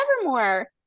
*Evermore*